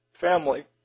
family